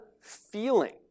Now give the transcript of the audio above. feeling